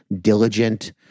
diligent